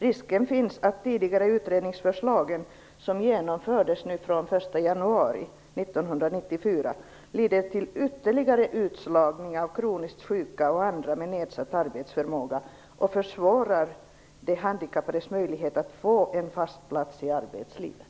Risk finns att de tidigare utredningsförslagen, som bifallits och trädde i kraft den 1 januari 1994, leder till ytterligare utslagning av kroniskt sjuka och andra med nedsatt arbetsförmåga samt minskar de handikappades möjligheter att få fast plats i arbetslivet.